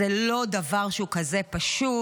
זה לא דבר שהוא כזה פשוט.